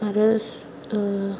आरो